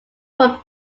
from